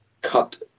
cut